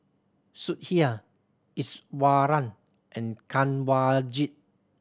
Sudhir Iswaran and Kanwaljit